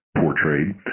portrayed